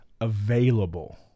available